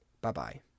Bye-bye